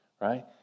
Right